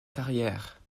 carrière